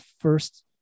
first